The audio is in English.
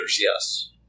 yes